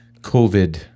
COVID